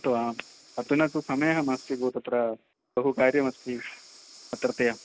उक्तवान् अधुना समयः तु नास्ति भोः तत्र बहु कार्यम् अस्ति अत्रतया